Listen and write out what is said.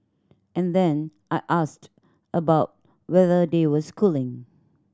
and then I asked about whether they were schooling